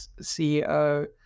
CEO